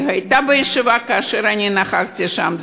היא הייתה בישיבה כאשר אני נכחתי שם.